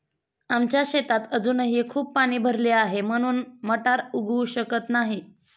आमच्या शेतात अजूनही खूप पाणी भरले आहे, म्हणून मटार उगवू शकत नाही